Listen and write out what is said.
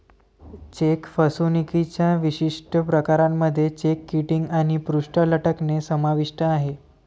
check फसवणुकीच्या विशिष्ट प्रकारांमध्ये चेक किटिंग आणि पृष्ठ लटकणे समाविष्ट आहे